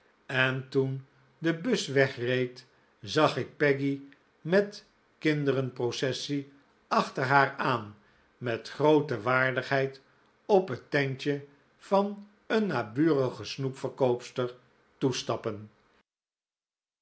en toen de bus wegreed zag ik peggy met de kinderen processie achter haar aan met groote waardigheid op het tentje van een naburige snoepverkoopster toestappen